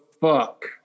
fuck